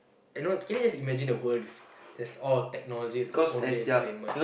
and you know can you just imagine the world if that's all technology is the only entertainment